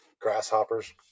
grasshoppers